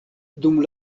dum